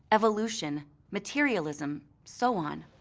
evolution, materialism, so on.